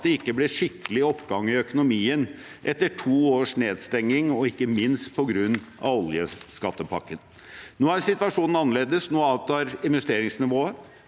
at det ikke ble skikkelig oppgang i økonomien etter to års nedstenging – og ikke minst på grunn av oljeskattepakken. Nå er situasjonen annerledes. Nå avtar investeringsnivået,